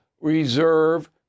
reserve